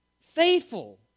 faithful